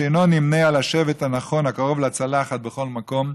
שאינו נמנה עם השבט הנכון הקרוב לצלחת בכל מקום,